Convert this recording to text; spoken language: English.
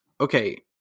okay